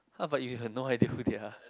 !huh! but you have no idea who they are